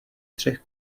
střech